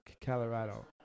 Colorado